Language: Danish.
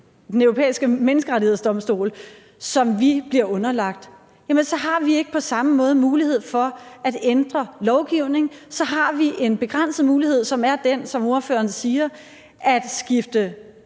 Den Europæiske Menneskerettighedsdomstol, som vi bliver underlagt, har vi ikke på samme måde mulighed for at ændre lovgivningen; så har vi en begrænset mulighed, som er den, som ordføreren nævner, altså at